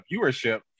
viewership